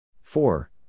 Four